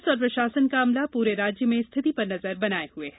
police और प्रशासन का अमला पूरे राज्य में स्थिति पर नजर बनाये हए है